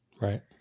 Right